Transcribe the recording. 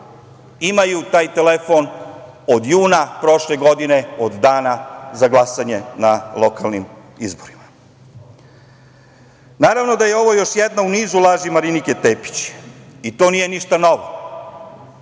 imaju taj telefon od juna prošle godine od dana za glasanje na lokalnim izborima. Naravno da je ovo još jedna u nizu laži Marinike Tepić i to nije ništa novo.